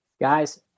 guys